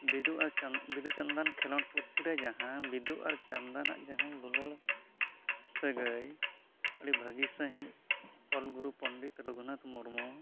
ᱵᱤᱸᱫᱩ ᱟᱨ ᱪᱟᱸᱫᱟᱱ ᱵᱤᱸᱫᱩᱼᱪᱟᱸᱫᱟᱱ ᱠᱷᱮᱞᱳᱰ ᱯᱩᱛᱷᱤ ᱨᱮ ᱡᱟᱦᱟᱸ ᱵᱤᱸᱫᱩ ᱟᱨ ᱪᱟᱸᱫᱟᱱᱟᱜ ᱡᱟᱦᱟᱸ ᱫᱩᱞᱟᱹᱲ ᱥᱟᱹᱜᱟᱹᱭ ᱟᱹᱰᱤ ᱵᱷᱟᱹᱜᱤ ᱥᱟᱺᱦᱤᱡ ᱚᱞᱜᱩᱨᱩ ᱯᱚᱱᱰᱤᱛ ᱨᱚᱜᱷᱩᱱᱟᱛᱷ ᱢᱩᱨᱢᱩ